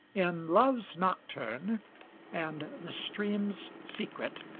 in love's nocturn and the stream's secret,